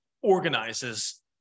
organizes